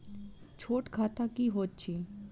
छोट खाता की होइत अछि